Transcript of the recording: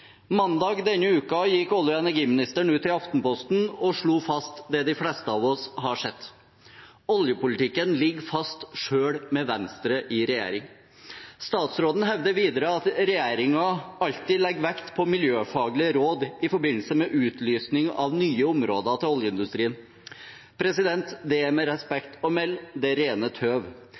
Mandag denne uken gikk olje- og energiministeren ut i Aftenposten og slo fast det de fleste av oss har sett: «Oljepolitikken ligger fast, selv med Venstre i regjering.» Statsråden hevder videre at regjeringen alltid legger vekt på miljøfaglige råd i forbindelse med utlysning av nye områder til oljeindustrien. Det er med respekt å melde det rene tøv.